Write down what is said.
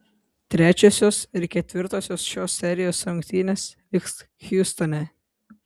trečiosios ir ketvirtosios šios serijos rungtynės vyks hjustone